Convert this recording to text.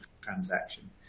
transaction